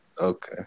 Okay